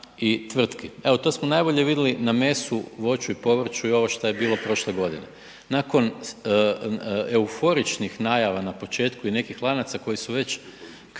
i tvrtki. Evo to smo najbolje vidjeli na mesu, voću i povrću i ovo što je bilo prošle godine. Nakon euforičnih najava na početku i nekih lanaca koji su već kakti